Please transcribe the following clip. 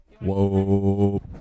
Whoa